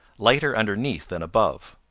lighter underneath than above.